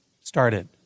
started